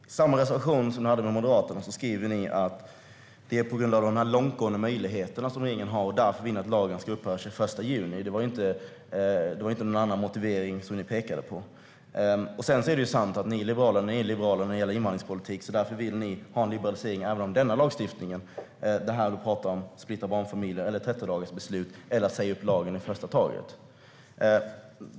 Fru talman! I samma reservation som ni hade med Moderaterna skriver ni att det är på grund av de långtgående möjligheter som regeringen har som ni vill att lagen ska upphöra den 21 juni. Det var inte någon annan motivering som ni pekade på. Det är sant att Liberalerna är liberala när det gäller invandringspolitik. Därför vill ni ha en liberalisering även om den lagstiftning som ni talar om gäller att inte splittra barnfamiljer, 30-dagarsbeslut eller att först avskaffa lagen.